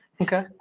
Okay